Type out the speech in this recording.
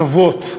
לקוות,